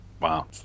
Wow